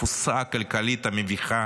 התבוסה הכלכלית המביכה